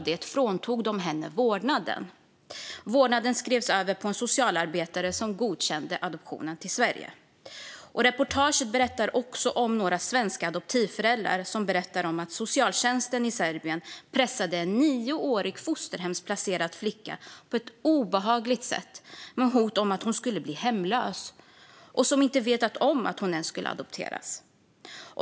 De fråntog henne vårdnaden. Vårdnaden skrevs över på en socialarbetare, som godkände adoptionen till Sverige. I reportaget berättar också några svenska adoptivföräldrar att socialtjänsten i Serbien pressade en nioårig fosterhemsplacerad flicka på ett obehagligt sätt med hot om att hon skulle bli hemlös. Hon visste inte ens om att hon skulle adopteras.